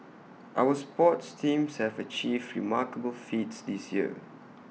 our sports teams have achieved remarkable feats this year